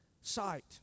sight